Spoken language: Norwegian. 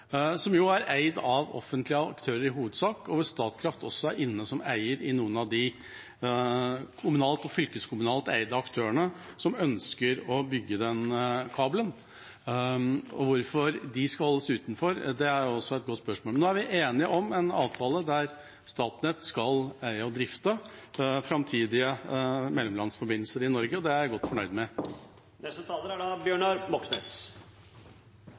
er jo i hovedsak eid av offentlige aktører, og Statkraft er også inne som eier i noen av de kommunalt og fylkeskommunalt eide aktørene som ønsker å bygge denne kabelen. Hvorfor de skal holdes utenfor, er et godt spørsmål. Men nå er vi enige om en avtale der Statnett skal eie og drifte framtidige mellomlandsforbindelser i Norge, og det er jeg godt fornøyd med.